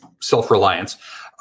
self-reliance